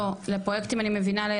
לא, לפרויקטים אני מבינה.